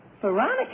Veronica